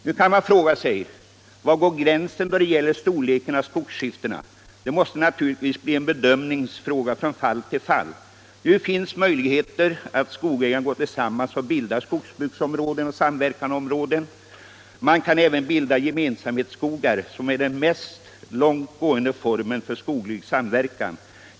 Nu kan man fråga sig: Var går gränsen då det gäller storleken av skogsskiftena? Det måste naturligtvis bli en bedömning från fall till fall. Nu finns det möjligheter för skogsägarna att gå tillsammans och bilda skogsbruksområden, samverkansområden. Man kan även bilda gemensamhetsskogar — den mest långtgående formen för skoglig samverkan.